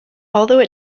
although